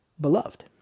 beloved